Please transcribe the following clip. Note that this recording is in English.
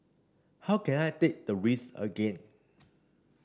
how can I take the risk again